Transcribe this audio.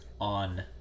on